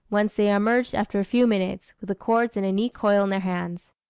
whence they emerged after a few minutes, with the cords in a neat coil in their hands.